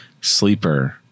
sleeper